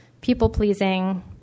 people-pleasing